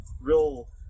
real